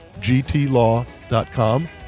gtlaw.com